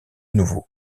nouveau